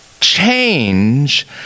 Change